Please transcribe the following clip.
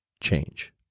change